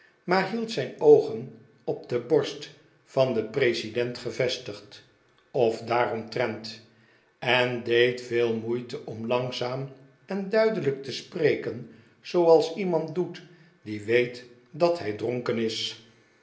maar hield zijn oogen op de borst van den president gevestigd of daaromtrent en deed veel moeite om langzaam en duidelijk te spreken zooals iemand doet die weet dat hij dronken is